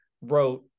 wrote